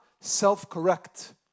self-correct